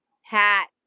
hat